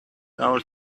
our